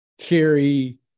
carry